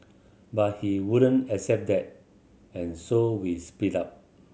but he wouldn't accept that and so we split up